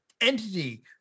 entity